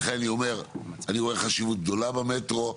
לכן אני אומר, אני רואה חשיבות גדולה במטרו,